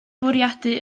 bwriadu